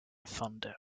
foundered